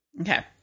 Okay